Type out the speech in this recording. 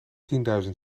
tienduizend